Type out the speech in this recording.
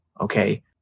okay